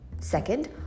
Second